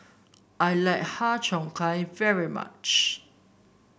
I like Har Cheong Gai very much